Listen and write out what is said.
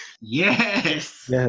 Yes